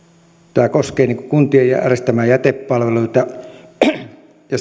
tämä koskee kuntien järjestämiä jätepalveluita ja